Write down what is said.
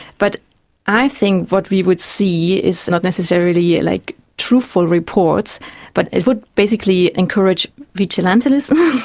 but i think what we would see is not necessarily yeah like truthful reports but it would basically encourage vigilantism.